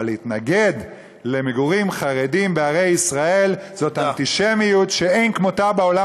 אבל להתנגד למגורי חרדים בערי ישראל זאת אנטישמיות שאין כמותה בעולם.